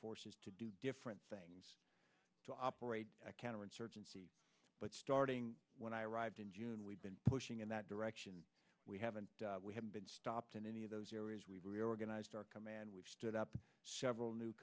forces to do different things to operate a counterinsurgency but starting when i arrived in june we've been pushing in that direction we haven't we haven't been stopped in any of those areas we reorganized our command which stood up several new